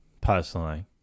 personally